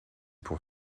pour